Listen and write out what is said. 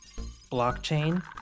Blockchain